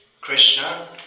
Krishna